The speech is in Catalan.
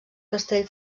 castell